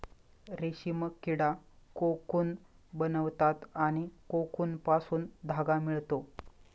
रेशीम किडा कोकून बनवतात आणि कोकूनपासून धागा मिळतो